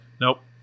nope